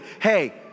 hey